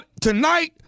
Tonight